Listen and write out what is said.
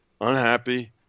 unhappy